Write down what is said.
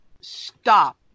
stop